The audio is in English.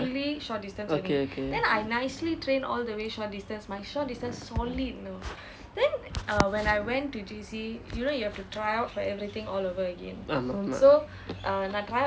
okay okay ஆமாம் ஆமாம்:aamaam aamaam